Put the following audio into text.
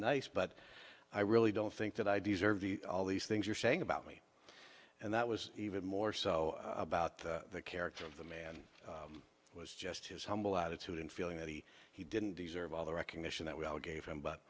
nice but i really don't think that i deserve all these things you're saying about me and that was even more so about the character of the man was just his humble attitude and feeling that he he didn't deserve all the recognition that we all gave him but